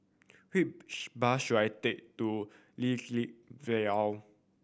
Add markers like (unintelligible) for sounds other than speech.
which bus should I take to (unintelligible) Vale